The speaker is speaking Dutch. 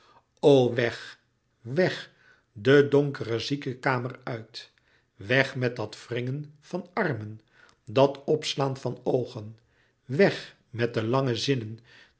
weg weg de donkere ziekekamer uit weg met dat wringen van armen dat opslaan van oogen weg met de lange zinnen